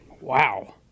Wow